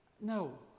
No